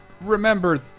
remember